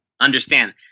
understand